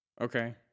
Okay